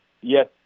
yes